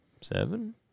seven